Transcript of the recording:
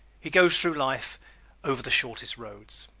he goes through life over the shortest roads.